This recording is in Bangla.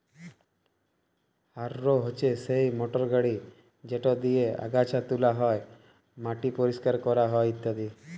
হাররো হছে সেই মটর গাড়ি যেট দিঁয়ে আগাছা তুলা হ্যয়, মাটি পরিষ্কার ক্যরা হ্যয় ইত্যাদি